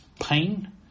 pain